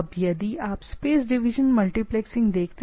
अब यदि आप स्पेस डिवीजन मल्टीप्लेक्सिंग देखते हैं